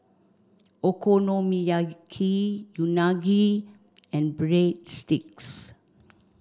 Okonomiyaki Unagi and Breadsticks